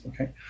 Okay